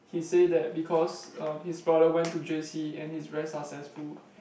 he say that because er his brother went to j_c and he's very successful